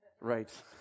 Right